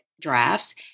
drafts